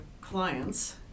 clients